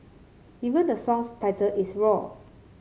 even the song's title is roar